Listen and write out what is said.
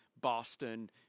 Boston